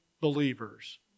believers